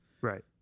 Right